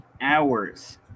hours